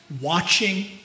watching